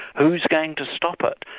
who's going to stop it?